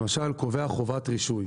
למשל, קובע חובת רישוי.